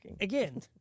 Again